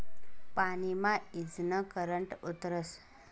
पानी मा ईजनं करंट उतरस